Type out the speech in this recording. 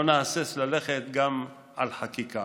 לא נהסס ללכת גם על חקיקה,